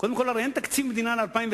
קודם כול הרי אין תקציב מדינה ל-2009,